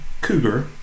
Cougar